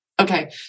Okay